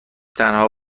تنها